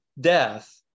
death